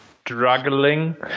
struggling